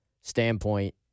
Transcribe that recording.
standpoint